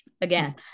Again